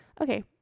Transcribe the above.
Okay